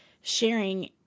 sharing